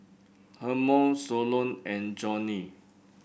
Hermon Solon and Johnny